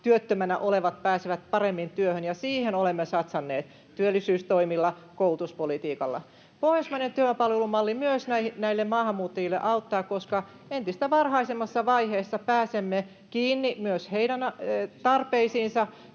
työttömänä olevat pääsevät paremmin työhön, ja siihen olemme satsanneet työllisyystoimilla ja koulutuspolitiikalla. Pohjoismainen työpalvelumalli myös maahanmuuttajille auttaa, koska entistä varhaisemmassa vaiheessa pääsemme kiinni myös heidän tarpeisiinsa.